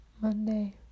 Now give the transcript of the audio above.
Monday